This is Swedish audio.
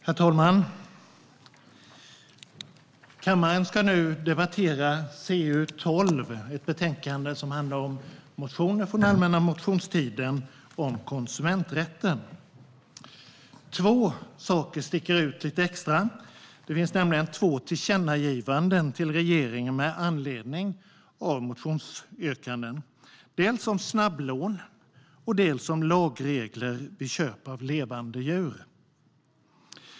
Herr talman! Kammaren ska nu debattera CU12. Det är ett betänkande som handlar om motioner om konsumenträtten från allmänna motionstiden. Två saker sticker ut lite extra. Det finns nämligen två tillkännagivanden till regeringen med anledning av motionsyrkanden, dels om snabblån, dels om lagregler vid köp av levande djur.